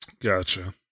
gotcha